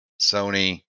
Sony